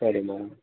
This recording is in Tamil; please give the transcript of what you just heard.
சரி மேம்